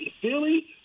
Philly